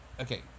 okay